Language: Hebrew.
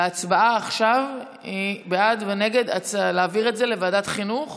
וההצבעה עכשיו היא בעד או נגד להעביר את זה לוועדת החינוך